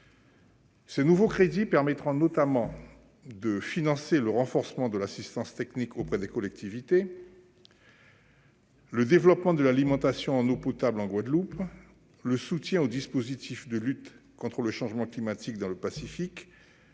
Ces nouveaux crédits permettront notamment de financer le renforcement de l'assistance technique aux collectivités, le développement de l'alimentation en eau potable en Guadeloupe, le soutien aux dispositifs de lutte contre le changement climatique dans le Pacifique,